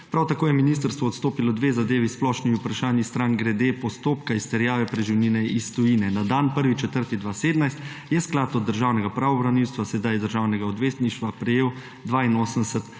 Prav tako je ministrstvo odstopilo dve zadevi s splošnimi vprašanji strank grede postopka izterjave preživnine iz tujine. Na dan 1. april 2017 je Sklad od Državnega pravobranilstva, sedaj Državnega odvetništva, prejel 82